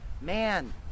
man